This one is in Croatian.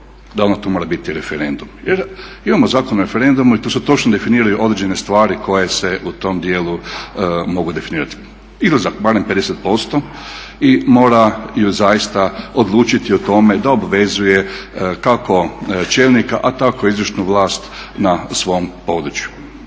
da onda to mora biti referendum. Jer imamo Zakon o referendumu i tu se točno definiraju određene stvari koje se u tom dijelu mogu definirati. Izlazak barem 50% i moraju zaista odlučiti o tome da obvezuje kako čelnika a tako i izvršnu vlast na svom području.